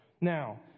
Now